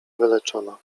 wyleczona